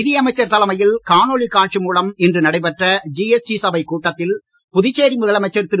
நிதி அமைச்சர் தலைமையில் காணொலி காட்சி மூலம் இன்று நடைபெற்ற ஜிஎஸ்டி சபைக் கூட்டத்தில் புதுச்சேரி முதலமைச்சர் திரு